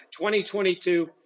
2022